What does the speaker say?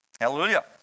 Hallelujah